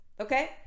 Okay